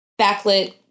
backlit